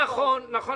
נכון.